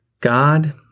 God